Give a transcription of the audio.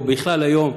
ובכלל היום,